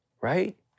right